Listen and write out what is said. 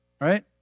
right